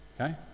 Okay